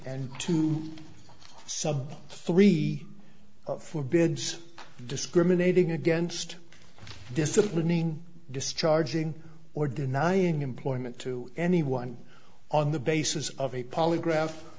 and two sub three for bids discriminating against disciplining discharging or denying employment to anyone on the basis of a polygraph